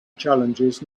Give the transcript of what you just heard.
challenges